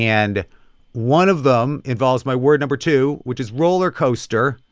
and one of them involves my word number two, which is roller coaster.